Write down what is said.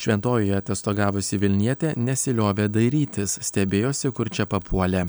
šventojoje atiostogavusi vilnietė nesiliovė dairytis stebėjosi kur čia papuolė